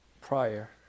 prior